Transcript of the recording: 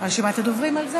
הדוברים.